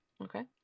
Okay